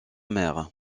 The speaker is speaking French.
mère